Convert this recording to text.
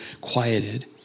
quieted